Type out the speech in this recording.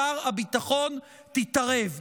שר הביטחון, תתערב.